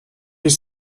ist